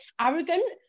arrogant